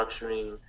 structuring